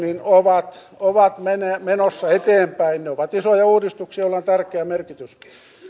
ovat ovat menossa eteenpäin ne ovat isoja uudistuksia joilla on tärkeä merkitys